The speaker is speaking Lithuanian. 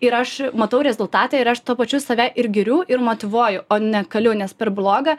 ir aš matau rezultatą ir aš tuo pačiu save ir giriu ir motyvuoju o nekaliu nes per bloga